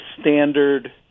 standard